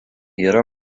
yra